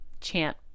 chant